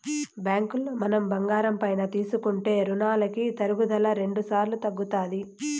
బ్యాంకులో మనం బంగారం పైన తీసుకునే రునాలకి తరుగుదల రెండుసార్లు తగ్గుతాది